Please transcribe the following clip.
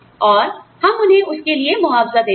और हम उन्हें उसके लिए मुआवजा देते हैं